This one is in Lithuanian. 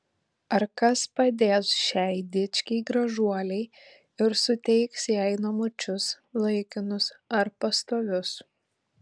ar kas padės šiai dičkei gražuolei ir suteiks jai namučius laikinus ar pastovius